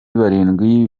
barindwi